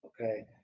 okay